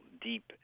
deep